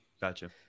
gotcha